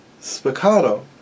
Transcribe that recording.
spiccato